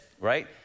right